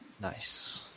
Nice